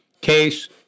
Case